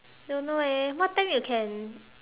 don't know eh what time you can